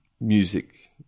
music